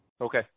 Okay